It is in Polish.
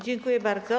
Dziękuję bardzo.